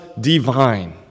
divine